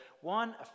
One